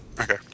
Okay